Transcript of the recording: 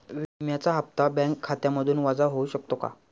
विम्याचा हप्ता बँक खात्यामधून वजा होऊ शकतो का?